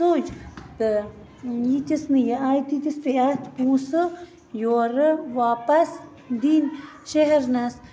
سوٚج تہٕ یٖتس نہٕ یہِ آیہِ تِیٖتِس پاے اَتھ پونٛسہٕ یورٕ واپس دِنۍ شٮ۪ہرنس